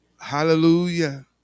Hallelujah